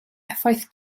effaith